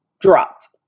dropped